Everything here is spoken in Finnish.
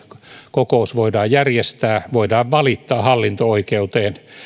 kokous voidaan järjestää voidaan valittaa hallinto oikeuteen